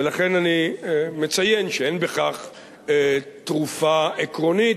ולכן אני מציין שאין בכך תרופה עקרונית,